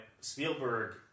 Spielberg